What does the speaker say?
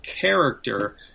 character